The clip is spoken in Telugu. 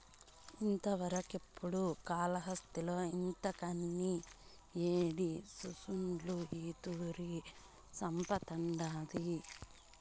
ఇంతవరకెపుడూ కాలాస్త్రిలో ఇంతకని యేడి సూసుండ్ల ఈ తూరి సంపతండాది